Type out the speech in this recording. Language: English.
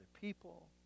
people